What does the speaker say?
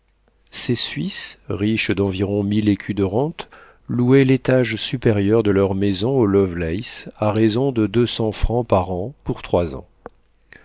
ces suisses riches d'environ mille écus de rentes louaient l'étage supérieur de leur maison aux lovelace à raison de deux cents francs par an pour trois ans